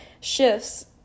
shifts